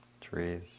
Trees